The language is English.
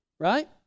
Right